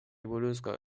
buruzko